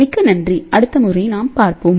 மிக்க நன்றி அடுத்த முறை நாம் பார்ப்போம்